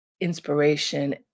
inspiration